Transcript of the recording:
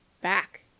back